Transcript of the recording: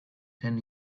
ten